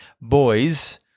boys